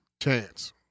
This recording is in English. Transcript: Chance